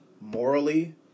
Morally